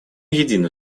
едины